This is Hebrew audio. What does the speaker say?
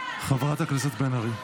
הם רואים אותך.